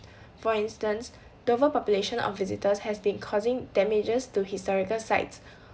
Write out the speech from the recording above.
for instance overpopulation of visitors have been causing damages to historical sites